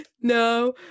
No